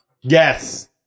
Yes